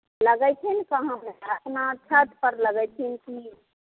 लगैथिन कहाॅं अपना छतपर लगैथिन की